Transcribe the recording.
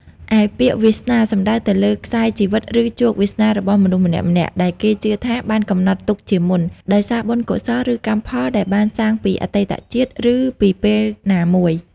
ឯពាក្យ វាសនា សំដៅទៅលើខ្សែជីវិត ឬជោគវាសនារបស់មនុស្សម្នាក់ៗ ដែលគេជឿថាបានកំណត់ទុកជាមុន ដោយសារបុណ្យកុសល ឬកម្មផលដែលបានសាងពីអតីតជាតិ ឬពីពេលណាមួយ។